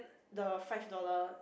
the five dollar